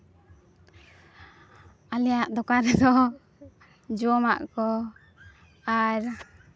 ᱟᱞᱮᱭᱟᱜ ᱫᱚᱠᱟᱱ ᱨᱮᱫᱚ ᱡᱚᱢᱟᱜ ᱠᱚ ᱟᱨ